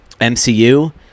MCU